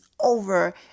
over